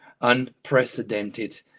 unprecedented